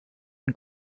and